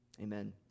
Amen